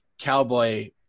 cowboy